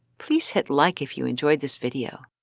please hit like if you enjoyed this video.